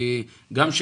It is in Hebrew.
כן,